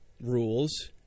rules